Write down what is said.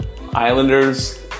Islanders